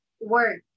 work